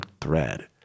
thread